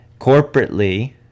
corporately